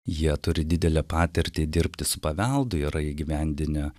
jie turi didelę patirtį dirbti su paveldu yra įgyvendinę